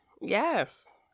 Yes